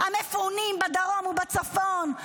המפונים בדרום ובצפון,